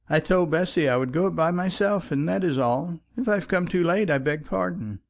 i told bessy i would go up by myself, and that is all. if i have come too late i beg pardon.